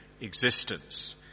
existence